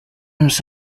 james